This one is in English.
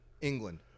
England